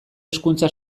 hezkuntza